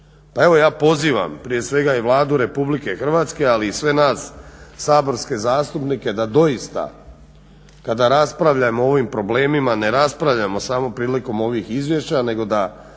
Pa evo ja pozivam prije svega i Vladu RH ali i sve nas saborske zastupnike da doista kada raspravljamo o ovim problemima ne raspravljamo samo prilikom ovih izvješća nego da